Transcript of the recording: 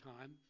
time